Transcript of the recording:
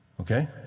okay